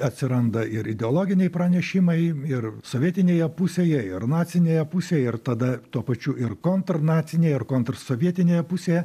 atsiranda ir ideologiniai pranešimai ir sovietinėje pusėje ir nacinėje pusėje ir tada tuo pačiu ir kontrnacinėje ar kontrsovietinėje pusėje